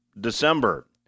December